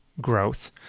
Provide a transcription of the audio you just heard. growth